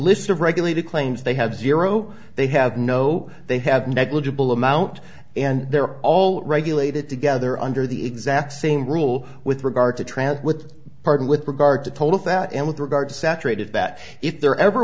list of regulated claims they have zero they have no they have negligible amount and they're all regulated together under the exact same rule with regard to travel with pardon with regard to total fat and with regard to saturated fat if there ever